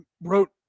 wrote